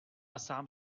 sám